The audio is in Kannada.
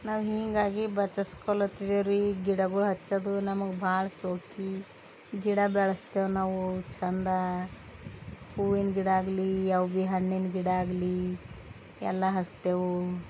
ನಾವು ಹೀಗಾಗಿ ಬಚಸ್ಕೊಳತ್ತಿದೇವ್ರೀ ಗಿಡಗಳು ಹಚ್ಚದು ನಮಗೆ ಭಾಳ ಶೋಕಿ ಗಿಡ ಬೆಳ್ಸ್ತೆವೆ ನಾವು ಚಂದ ಹೂವಿನ ಗಿಡ ಆಗಲಿ ಯಾವ ಭೀ ಹಣ್ಣಿನ ಗಿಡ ಆಗಲಿ ಎಲ್ಲ ಹಚ್ತೆವು